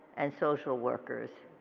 and social workers.